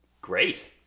Great